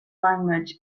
language